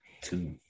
two